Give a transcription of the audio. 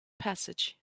passage